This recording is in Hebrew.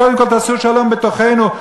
קודם כול תעשו שלום בתוכנו,